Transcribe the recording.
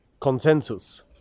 consensus